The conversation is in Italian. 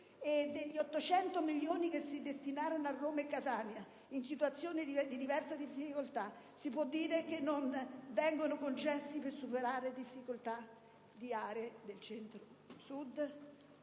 degli 800 milioni che si destinano a Roma e Catania, in situazioni diverse di difficoltà, si può dire che non vengano concessi per superare difficoltà di aree del Centro-Sud?